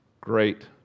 Great